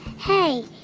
hey.